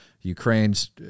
ukraine's